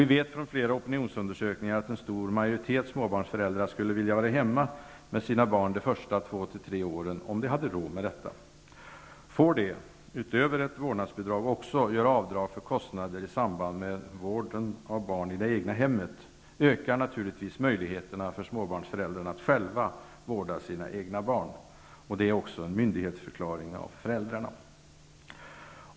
Vi vet från flera opinionsundersökningar att en stor majoritet av småbarnsföräldrarna skulle vilja vara hemma med sina barn de första två--tre åren om de hade råd med detta. Får de utöver ett vårdnadsbidrag också göra avdrag för kostnader i samband med vården av barn i det egna hemmet ökar naturligtvis möjligheterna för småbarnsföräldrarna att själva vårda sina egna barn. Det är också en myndighetsförklaring av föräldrarna.